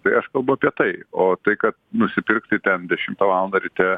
tai aš kalbu apie tai o tai kad nusipirkti ten dešimtą valandą ryte